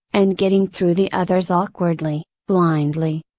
and getting through the others awkwardly, blindly.